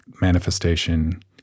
manifestation